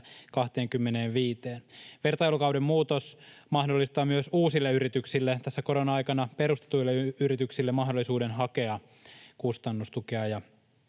25:een. Vertailukauden muutos mahdollistaa myös uusille yrityksille, tässä korona-aikana perustetuille yrityksille, mahdollisuuden hakea kustannustukea